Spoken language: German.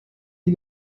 die